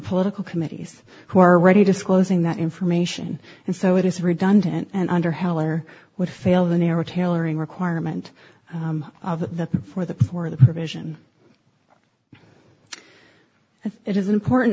political committees who are already disclosing that information and so it is redundant and under heller would fail the narrow tailoring requirement of the for the for the provision and it is important